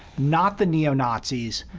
not the neo-nazis,